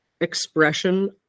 expression